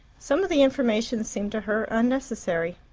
some of the information seemed to her unnecessary,